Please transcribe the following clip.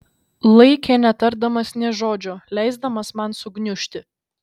laikė netardamas nė žodžio leisdamas man sugniužti